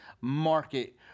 market